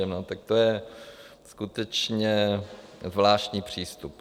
No tak to je skutečně zvláštní přístup.